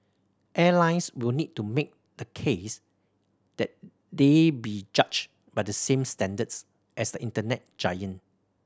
airlines will need to make the case that they be judged by the same standards as the Internet